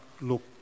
look